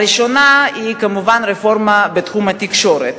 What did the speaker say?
הראשונה היא כמובן רפורמה בתחום התקשורת.